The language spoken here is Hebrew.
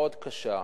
מאוד קשה,